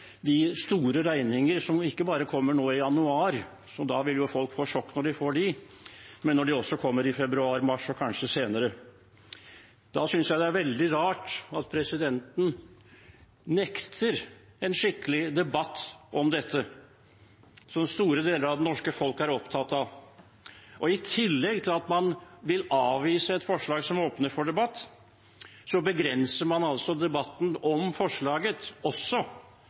de store regningene som kommer ikke bare nå i januar – folk vil jo få sjokk når de får dem – men også kommer i februar, mars og kanskje også senere. Da synes jeg det er veldig rart at presidenten nekter oss en skikkelig debatt om dette, som store deler av det norske folket er opptatt av. I tillegg til at man vil avvise et forslag som åpner for debatt, begrenser man også debatten om forslaget,